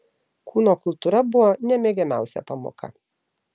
kūno kultūra buvo nemėgiamiausia pamoka